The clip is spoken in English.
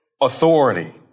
authority